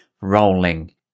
rolling